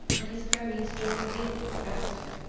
and his cronies joined in with gusto.